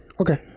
Okay